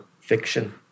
fiction